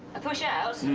a push out? mm,